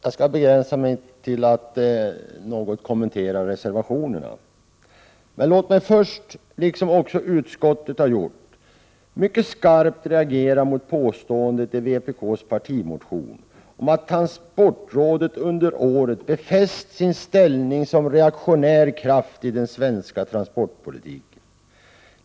Herr talman! Jag skall be att något få kommentera reservationerna. Men låt mig först, liksom utskottet har gjort, mycket skarpt reagera mot påståendet i vpk:s partimotion att transportrådet under året befäst sin ställning som reaktionär kraft i den svenska transportpolitiken.